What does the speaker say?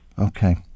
Okay